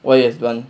why you as one